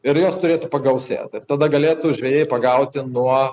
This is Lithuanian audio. ir jos turėtų pagausėti ir tada galėtų žvejai pagauti nuo